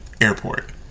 Airport